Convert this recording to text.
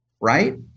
right